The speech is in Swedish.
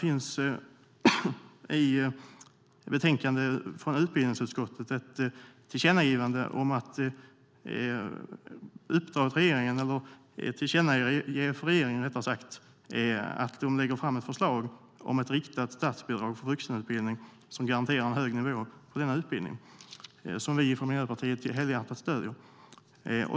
I betänkandet från utbildningsutskottet står att riksdagen bör tillkännage för regeringen att den ska lägga fram ett förslag om ett riktat statsbidrag för vuxenutbildning som garanterar en hög nivå på denna utbildning. Vi från Miljöpartiet stöder detta helhjärtat.